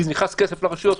כי נכנס כסף לרשויות.